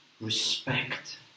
respect